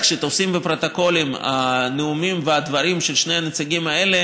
שתופסים הנאומים והדברים של שני הנציגים האלה,